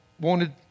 wanted